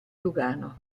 lugano